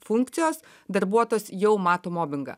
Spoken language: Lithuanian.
funkcijos darbuotojas jau mato mobingą